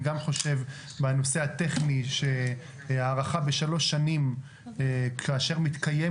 אני גם חושב בנושא הטכני שהארכה ב-3 שנים כאשר מתקיים